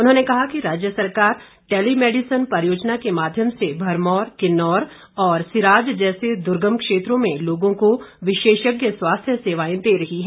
उन्होंने कहा कि राज्य सरकार टेली मैडिसन परियोजना के माध्यम से भरमौर किन्नौर और सिराज जैसे दुर्गम क्षेत्रों में लोगों को विशेषज्ञ स्वास्थ्य सेवाएं दे रही हैं